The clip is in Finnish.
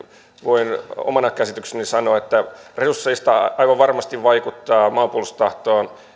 voin omana käsityksenäni sanoa että resursseista aivan varmasti vaikuttaa maanpuolustustahtoon